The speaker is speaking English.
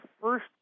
first